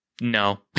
No